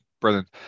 Brilliant